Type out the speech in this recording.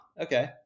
Okay